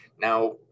Now